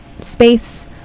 space